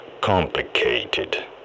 Complicated